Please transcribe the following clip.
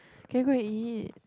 can we go and eat